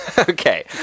Okay